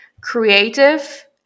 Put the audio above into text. creative